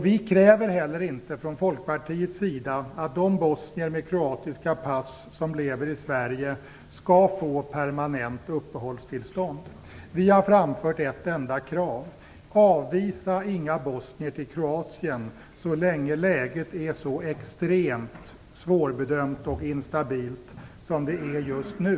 Vi kräver heller inte från Folkpartiets sida att de bosnier med kroatiska pass som lever i Sverige skall få permanent uppehållstillstånd. Vi har framfört ett enda krav: Avvisa inga bosnier till Kroatien så länge läget är så extremt svårbedömt och instabilt som det är just nu.